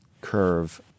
curve